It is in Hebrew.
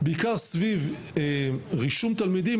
בעיקר סביב רישום תלמידים,